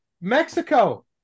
Mexico